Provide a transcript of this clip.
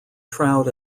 trout